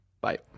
Bye